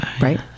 right